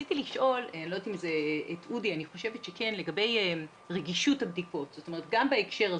רציתי לשאול את אודי לגבי רגישות הבדיקות גם בהקשר הזה,